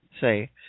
say